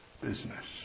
business